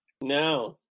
no